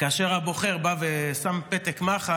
כאשר הבוחר בא ושם פתק מחל,